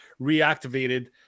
reactivated